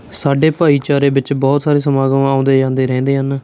ਸਾਡੇ ਭਾਈਚਾਰੇ ਵਿੱਚ ਬਹੁਤ ਸਾਰੇ ਸਮਾਗਮ ਆਉਂਦੇ ਜਾਂਦੇ ਰਹਿੰਦੇ ਹਨ